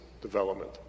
development